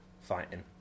fighting